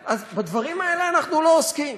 בדברים האלה אנחנו לא עוסקים,